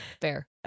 Fair